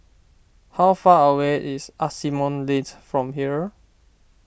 how far away is Asimont Lane from here